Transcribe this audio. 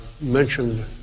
mentioned